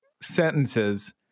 sentences